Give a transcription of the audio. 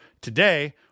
today